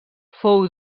fou